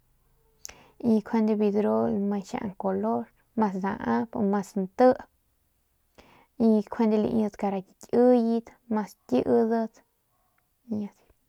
Y kuande biu dru lame xiaun color mas daap mas nti y nkujande lai mas kieyit mas kidat y asi.